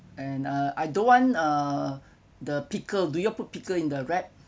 and uh I don't want uh the pickle do you all put pickle in the wrap